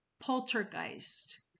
Poltergeist